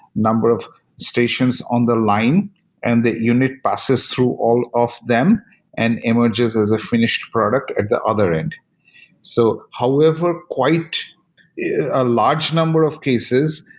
number of stations on the line and the unit passes through all of them and emerges as a finished product at the other end so however, quite a large number of cases,